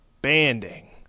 Banding